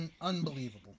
Unbelievable